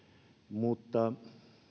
mutta